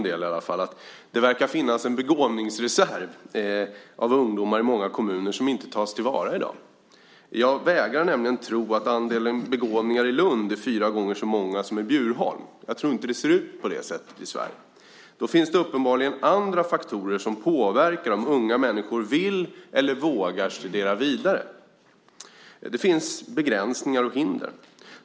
Det verkar finnas en begåvningsreserv av ungdomar i många kommuner som inte tas till vara i dag. Jag vägrar nämligen att tro att andelen begåvningar i Lund är fyra gånger högre än i Bjurholm. Jag tror inte att det ser ut på det sättet i Sverige. Det finns uppenbarligen andra faktorer som påverkar om unga människor vill eller vågar studera vidare. Det finns begränsningar och hinder.